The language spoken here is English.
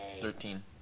Thirteen